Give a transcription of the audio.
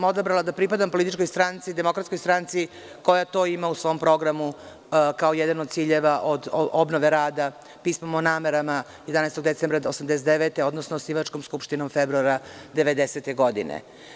Odabrala sam da pripadam političkoj stranci DS koja to ima u svom programu kao jedan od ciljeva, od obnove rada, pismom o namera, od 11. decembra 1989. godine, odnosno osnivačkom skupštinom februara 1990. godine.